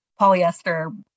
polyester